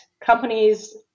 companies